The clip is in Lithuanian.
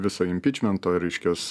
visa impičmento reiškias